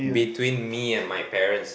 between me and my parents